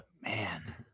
Man